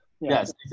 Yes